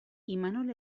imanol